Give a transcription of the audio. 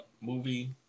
movie